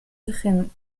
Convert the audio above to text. origen